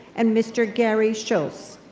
and mr. gary schultz.